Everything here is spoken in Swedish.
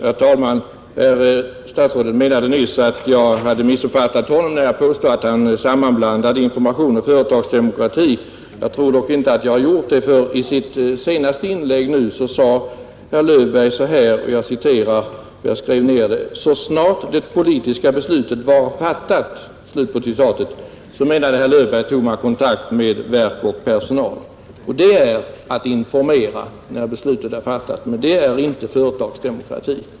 Herr talman! Statsrådet menade nyss att jag hade missuppfattat honom när jag påstod att han sammanblandade information och företagsdemokrati. Jag tror dock inte att jag har gjort det, för i sitt senaste inlägg nu sade herr Löfberg — jag skrev ned det — att ”så snart det politiska beslutet var fattat” tog man kontakt med verk och personal. av företagsdemokratiska principer inom den statliga verksamheten Det är att informera, när beslutet är fattat, men det är inte företagsdemokrati.